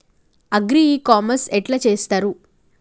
Agri e commerce ఎట్ల చేస్తరు?